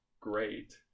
great